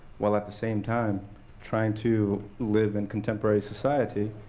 while at the same time trying to live in contemporary society,